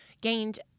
gained